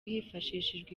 hifashishijwe